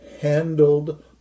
handled